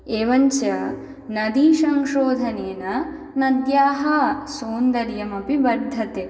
एवञ्च नदीसंशोधनेन नद्याः सौन्दर्यमपि वर्धते